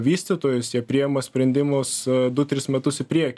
vystytojus jie priima sprendimus du tris metus į priekį